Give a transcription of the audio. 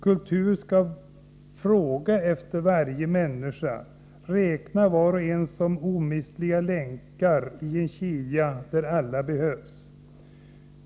Kulturen skall fråga efter varje människa, räkna var och en som en omistlig länk i en kedja där alla behövs.